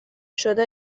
شده